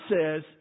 says